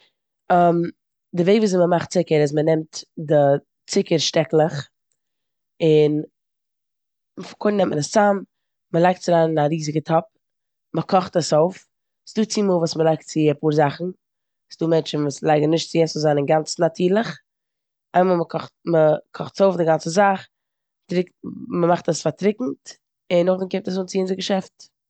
די וועג וויאזוי מ'מאכט צוקער איז מ'נעמט די צוקער שטעקלעך און קודם נעמט מען עס צאם און מ'לייגט עס אריין אין א ריזיגע טאפ און מ'קאכט עס אויף. ס'דא צומאל וואס מ'לייגט צו אפאר זאכן, ס'דא מענטשן וואס ליגן נישט צו אז ס'זאל זיין אינגאמצן נאטורליך. איין מאל מ'קאך- מ'קאכט עס אויף די גאנצע זאך טרו- מ'מאכט עס פארטרוקנט און נאכדעם קומט עס אן צו אונזער געשעפט.